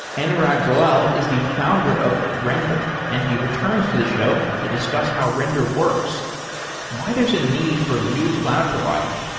anurag goel is the founder of render and he returns to the show to discuss how render works and why there's a need for a new cloud provider.